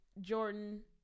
Jordan